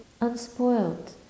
unspoiled